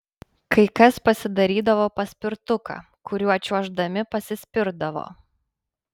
kai kas pasidarydavo paspirtuką kuriuo čiuoždami pasispirdavo